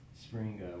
spring